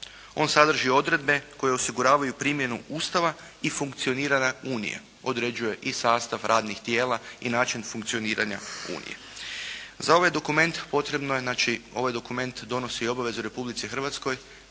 On sadrži odredbe koji osiguravaju primjenu Ustava i funkcioniranja unije, određuje i sastav radnih tijela i način funkcioniranja unije. Za ovaj dokument potrebno je, znači ovaj dokument donosi obaveze Republici Hrvatskoj